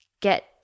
get